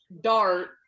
Dart